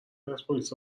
پرسپولیس